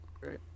Great